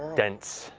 dense